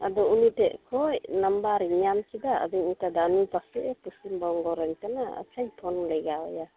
ᱟᱫᱚ ᱩᱱᱤ ᱴᱷᱮᱡ ᱠᱷᱚᱡ ᱱᱟᱢᱵᱟᱨᱤᱧ ᱧᱟᱢ ᱠᱮᱫᱟ ᱟᱫᱚᱧ ᱚᱱᱠᱟᱭᱮᱫᱟ ᱯᱟᱥᱮᱫ ᱮ ᱯᱚᱥᱪᱤᱢ ᱵᱚᱝᱜᱚ ᱨᱮᱱ ᱠᱟᱱᱟ ᱟᱠᱷᱟᱡ ᱤᱧ ᱯᱷᱳᱱ ᱞᱮᱜᱟ ᱟᱭᱟ